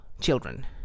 children